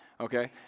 Okay